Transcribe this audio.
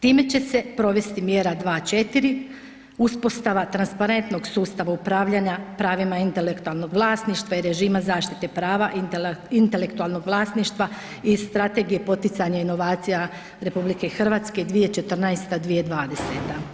Time će se provesti mjera 2.4 uspostava transparentnog sustava upravljanja pravima intelektualnog vlasništva i režima zaštite prava intelektualnog vlasništva i strategije poticanja inovacija RH 2014./2020.